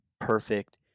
perfect